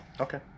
okay